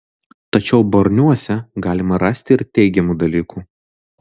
tačiau barniuose galima rasti ir teigiamų dalykų